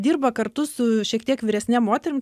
dirba kartu su šiek tiek vyresne moterim